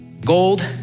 gold